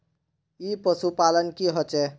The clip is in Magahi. ई पशुपालन की होचे?